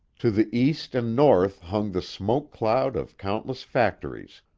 to the east and north hung the smoke cloud of countless factories,